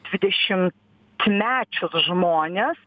dvidešimtmečius žmones